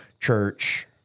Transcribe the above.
church